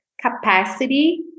capacity